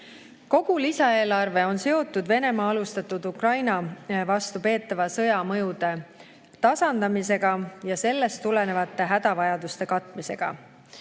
Kogu lisaeelarve on seotud Venemaa alustatud Ukraina vastu peetava sõja mõjude tasandamisega ja sellest tulenevate hädavajaduste katmisega.